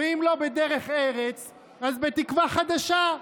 ואם לא בדרך ארץ, אז בתקווה חדשה.